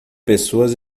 pessoas